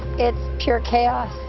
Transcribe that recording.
it's pure chaos,